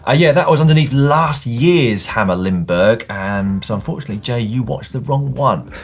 ah yeah, that was underneath last year's hammer limburg and so unfortunately jay, you watched the wrong one.